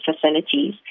facilities